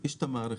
יש את המערכת הזו.